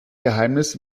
geheimnis